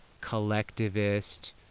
collectivist